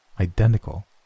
identical